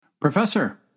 Professor